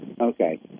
Okay